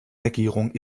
regierung